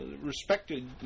respected